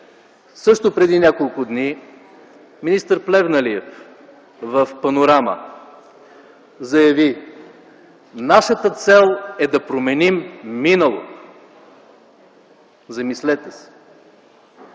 Също преди няколко дни министър Плевнелиев в „Панорама” заяви: „Нашата цел е да променим миналото.” Замислете се!